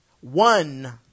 one